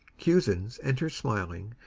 cusins enters smiling,